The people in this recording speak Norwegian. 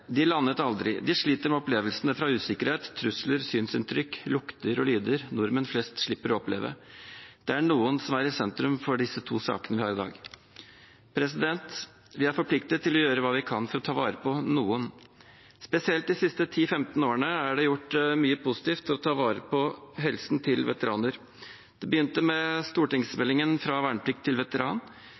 De landet aldri. De sliter med opplevelsene fra usikkerhet, trusler, synsinntrykk, lukter og lyder nordmenn flest slipper å oppleve. Det er noen som er i sentrum for de to sakene vi har i dag. Vi er forpliktet til å gjøre hva vi kan for å ta vare på noen. Spesielt de siste 10–15 årene er det gjort mye positivt for å ta vare på helsen til veteraner. Det begynte med stortingsmeldingen Fra vernepliktig til veteran.